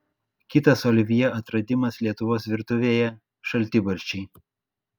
kitas olivjė atradimas lietuvos virtuvėje šaltibarščiai